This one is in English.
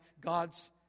God's